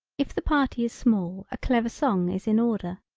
if the party is small a clever song is in order.